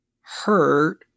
hurt